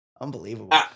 Unbelievable